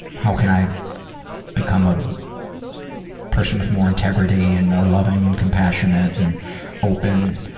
how can i become a person with more integrity and more loving and compassionate and open,